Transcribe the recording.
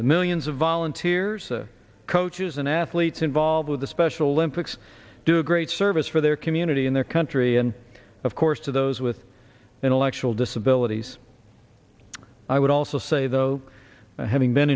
the millions of volunteers coaches and athletes involved with the special olympics do a great service for their community in their country and of course to those with intellectual disabilities i would also say though having been